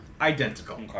identical